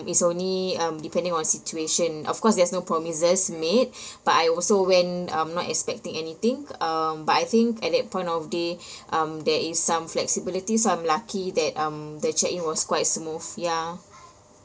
it's only um depending on situation of course there's no promises made but I also went um not expecting anything um but I think at that point of day um there is some flexibility so I'm lucky that um the check in was quite smooth ya